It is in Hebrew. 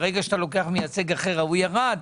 ברגע שאתה לוקח מייצג אחר ההוא ירד,